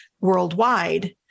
worldwide